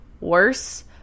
worse